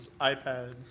iPad